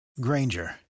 Granger